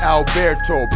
Alberto